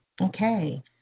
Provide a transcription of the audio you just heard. Okay